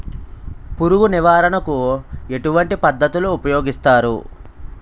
పురుగు నివారణ కు ఎటువంటి పద్ధతులు ఊపయోగిస్తారు?